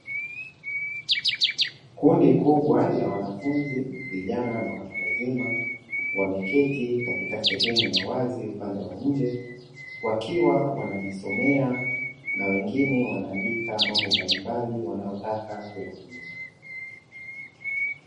Kundi kubwa la wanafunzi vijana na watu wazima, wameketi katika sehemu ya wazi upande wa nje, wakiwa wanajisomea na wengine wanaandika mambo mbalimbali wanayotaka kuyasoma.